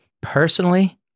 Personally